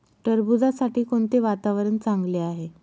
टरबूजासाठी कोणते वातावरण चांगले आहे?